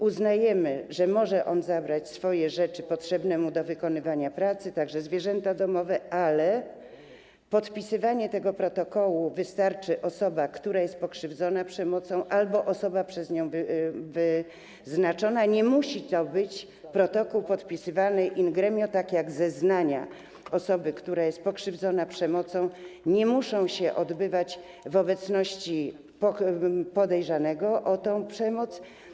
Uznajemy, że może on zabrać swoje rzeczy potrzebne mu do wykonywania pracy, także zwierzęta domowe, ale przy podpisywaniu tego protokołu wystarczy osoba, która jest pokrzywdzona przemocą, albo osoba przez nią wyznaczona, nie musi to być protokół podpisywany in gremio, tak jak zeznania osoby, która jest pokrzywdzona przemocą, nie musi się to odbywać w obecności podejrzanego o przemoc.